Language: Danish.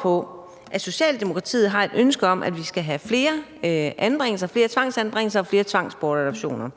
på, at Socialdemokratiet har et ønske om, at vi skal have flere anbringelser, flere tvangsanbringelser og flere tvangsbortadoptioner,